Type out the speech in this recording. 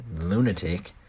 lunatic